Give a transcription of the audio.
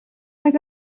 oedd